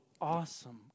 awesome